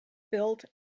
built